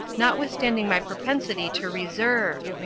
notwithstanding my propensity to reserve.